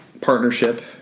partnership